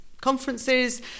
conferences